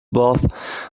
both